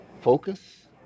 focus